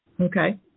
okay